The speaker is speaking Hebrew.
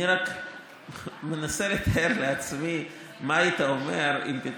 אתה יודע מי זה